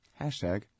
Hashtag